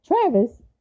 Travis